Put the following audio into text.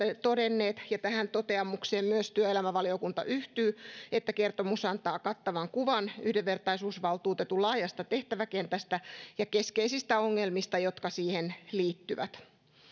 todenneet ja tähän toteamukseen myös työelämävaliokunta yhtyy että kertomus antaa kattavan kuvan yhdenvertaisuusvaltuutetun laajasta tehtäväkentästä ja keskeisistä ongelmista jotka siihen liittyvät